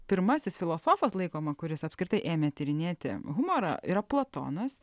pirmasis filosofas laikoma kuris apskritai ėmė tyrinėti humorą yra platonas